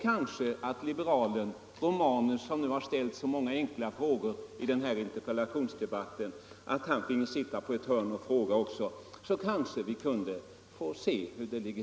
Kanske liberalen Romanus, som nu har ställt så många frågor i den här interpellationsdebatten, också finge sitta med på ett hörn och fråga. Då kanske vi kunde få klarhet på den punkten.